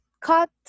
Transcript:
cut